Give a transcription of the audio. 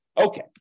Okay